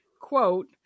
quote